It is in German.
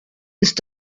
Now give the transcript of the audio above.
ist